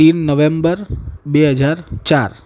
ત્રણ નવેમ્બર બે હજાર ચાર